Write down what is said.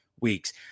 weeks